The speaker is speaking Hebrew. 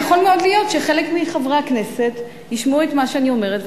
יכול מאוד להיות שחלק מחברי הכנסת ישמעו את מה שאני אומרת,